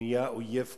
נהיה אויב קשה,